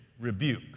rebuke